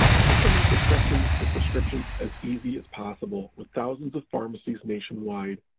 we also make accessing your prescriptions as easy as possible with thousands of pharmacies nationwide,